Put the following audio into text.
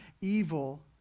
evil